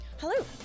Hello